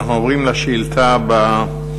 אנחנו עוברים לשאילתה הבאה,